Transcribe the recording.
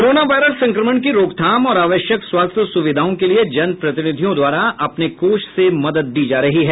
corona virus संक्रमण की रोकथाम और आवश्यक स्वास्थ्य सुविधाओं के लिये जन प्रतिनिधियों द्वारा अपने कोष से मदद दी जा रही है